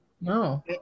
No